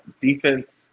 defense